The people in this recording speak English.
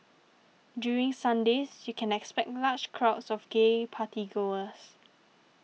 during Sundays you can expect large crowds of gay party goers